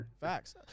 Facts